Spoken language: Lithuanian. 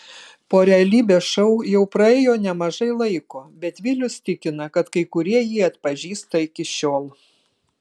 po realybės šou jau praėjo nemažai laiko bet vilius tikina kad kai kurie jį atpažįsta iki šiol